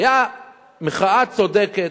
היתה מחאה צודקת,